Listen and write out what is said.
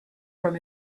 from